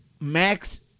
Max